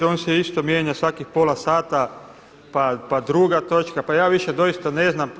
On se isto mijenja svakih pola sata, pa 2. točka, pa ja više doista ne znam.